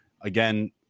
again